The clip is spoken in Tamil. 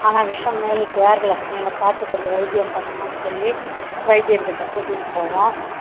ஆனால் விஷம் மேலுக்கு ஏறல நீங்கள் பார்த்து கொஞ்சம் வைத்தியம் பண்ணுங்கன்னு சொல்லி வைத்தியர்கிட்டே கூட்டிகிட்டு போவோம்